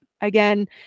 Again